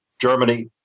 Germany